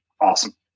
Awesome